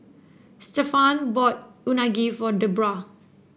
Stephaine bought Unagi for Debroah